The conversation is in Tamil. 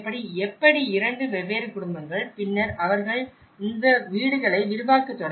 எப்படி இரண்டு வெவ்வேறு குடும்பங்கள் பின்னர் அவர்கள் இந்த வீடுகளை விரிவாக்கத் தொடங்கினர்